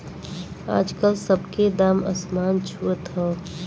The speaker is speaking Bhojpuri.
आजकल सब के दाम असमान छुअत हौ